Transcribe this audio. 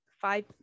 five